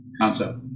concept